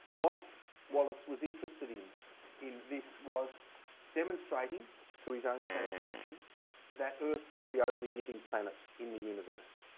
what wallace was interested in in this was demonstrating to his own satisfaction that earth was the only living planet in the universe.